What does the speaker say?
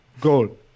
Goal